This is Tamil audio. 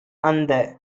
அந்த